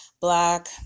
black